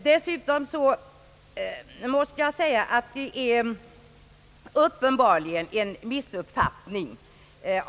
Motionärernas intentioner har uppenbarligen missuppfattats.